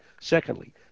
Secondly